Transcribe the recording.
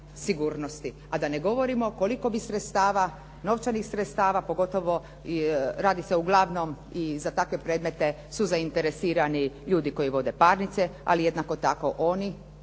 A da ne govorimo koliko bi sredstava, novčanih sredstava, pogotovo radi se uglavnom i za takve predmete su zainteresirani ljudi koji vode parnice, ali jednako tako oni